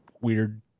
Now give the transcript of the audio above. weird